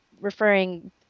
referring